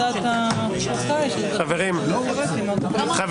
הוועדה תחקור את התנהלות היועמ"ש מנדלבליט בכל הנוגע למניעת חקירת